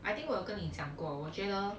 I think 我有跟你讲过我觉得